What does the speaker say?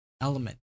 element